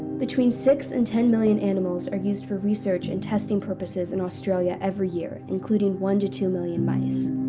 between six and ten million animals are used for research and testing purposes in australia every year, including one two two million mice.